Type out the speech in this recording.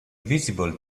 visible